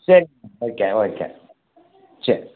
சரி okay okay சரி